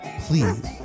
please